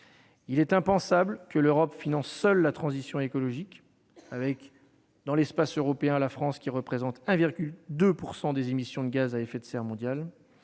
Il est impensable que l'Europe finance seule la transition écologique. Dans l'espace européen, la France ne représente que 1,2 % des émissions mondiales de gaz à effet de serre.